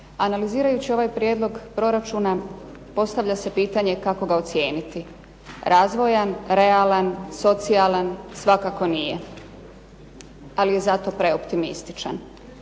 Analizirajući ovaj Prijedlog proračuna postavlja se pitanje kako ga ocijeniti? Razvojan, realan, socijalan svakako nije, ali je zato preoptimističan.